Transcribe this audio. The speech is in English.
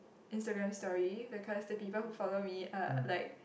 instagram story because the people who follow me are like